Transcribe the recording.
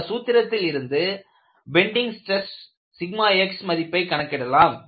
இந்த சூத்திரத்திலிருந்து bending stress xமதிப்பை கணக்கிடலாம்